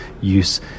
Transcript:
use